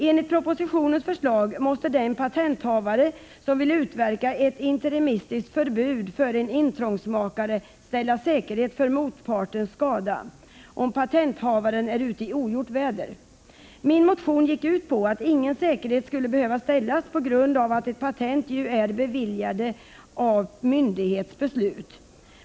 Enligt propositionens förslag måste den patenthavare som vill utverka ett interimistiskt förbud för en intrångsmakare ställa säkerhet för motpartens skada, om patenthavaren är ute i ogjort väder. Min motion gick ut på att ingen säkerhet skulle behöva ställas, på grund av att patent ju är beviljade genom myndighets beslut.